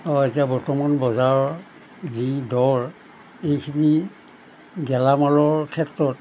অঁ এতিয়া বৰ্তমান বজাৰৰ যি দৰ এইখিনি গেলামালৰ ক্ষেত্ৰত